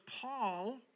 Paul